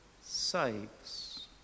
saves